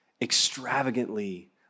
extravagantly